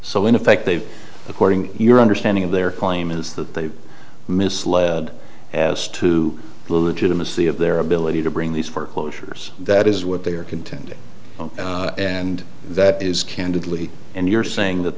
so in effect they according to your understanding of their claim is that they misled as to the legitimacy of their ability to bring these foreclosures that is what they are contending and that is candidly and you're saying that